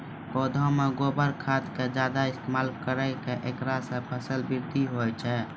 पौधा मे गोबर खाद के ज्यादा इस्तेमाल करौ ऐकरा से फसल बृद्धि होय छै?